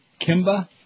Kimba